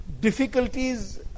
difficulties